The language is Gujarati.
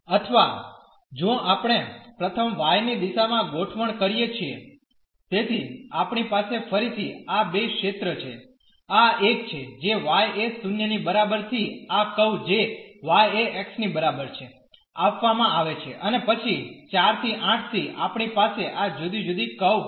અથવા જો આપણે પ્રથમ y ની દિશામાં ગોઠવણ કરીએ છીએ તેથી આપણી પાસે ફરીથી આ બે ક્ષેત્ર છે આ એક છે જે y એ 0 ની બરાબર થી આ કર્વ જે y એ x ની બરાબર છે આપવામા આવે છે અને પછી 4 ¿8 થી આપણી પાસે આ જુદી જુદી કર્વ છે